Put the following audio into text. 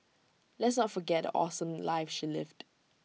let's not forget awesome life she lived